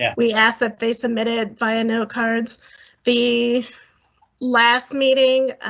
yeah we ask that they submitted via notecards the last meeting.